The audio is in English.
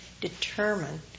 determine